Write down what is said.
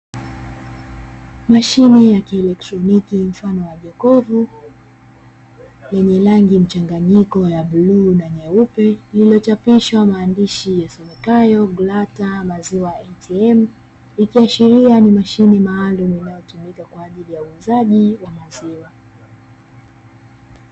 Mashine ya kielektroniki mfano wa jokofu lenye rangi mchanganyiko ya bluu na nyeupe, lililochapishwa maandishi yasomekeyo "Glata maziwa ATM", ikiashiria ni mashine maalumu inayotumika kwa ajili ya uuzaji wa maziwa.